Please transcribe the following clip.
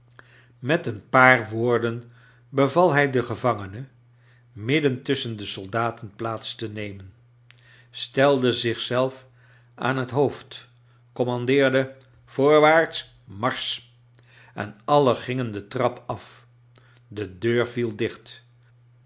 met een paar woorden beval hij den gevangene midden tusschen de soldaten plants te nemen stelde zich zelf aan bet hoofd coinmandeerde voorwaarts marsch en alien gingen de trap af de deur vie dicht